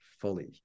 fully